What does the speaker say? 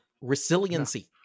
Resiliency